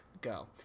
go